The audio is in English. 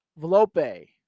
Velope